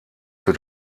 für